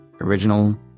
original